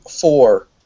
four